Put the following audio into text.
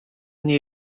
nie